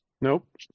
Nope